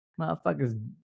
motherfuckers